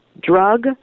drug